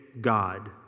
God